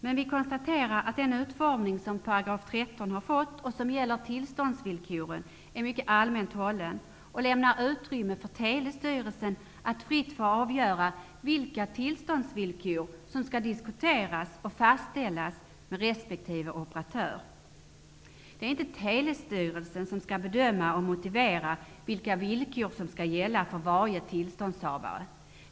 Men vi konstaterar att 13 § om tillståndsvillkoren, med den utformning den har fått, är mycket allmänt hållen och att den lämnar utrymme för Telestyrelsen att fritt avgöra vilka tillståndsvillkor som skall diskuteras och fastställas med resp. operatör. Det är inte Telestyrelsen som skall bedöma och motivera vilka villkor som skall gälla för varje tillståndshavare.